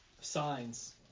signs